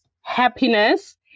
happiness